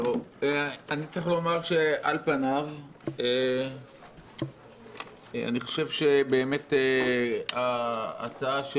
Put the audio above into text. אני צריך לומר שעל פניו אני חושב שההצעה של